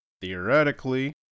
theoretically